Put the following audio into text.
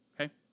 Okay